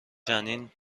جنین